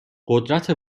قدرت